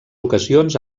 ocasions